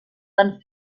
van